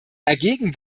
dagegen